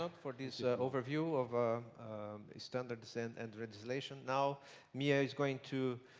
but for this overview of ah standards and and legislation. now mia is going to